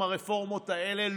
עם הרפורמות האלה,